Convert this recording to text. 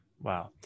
wow